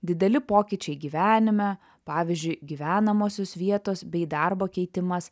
dideli pokyčiai gyvenime pavyzdžiui gyvenamosios vietos bei darbo keitimas